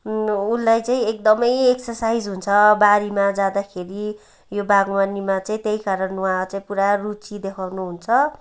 उनलाई चाहिँ एकदमै एक्सर्साइज हुन्छ बारीमा जादाँखेरि यो बागवानीमा चाहिँ त्यही कारण उहाँ चाहिँ पुरा रुचि देखाउनुहुन्छ